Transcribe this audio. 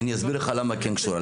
אני אסביר למה כן קשורה.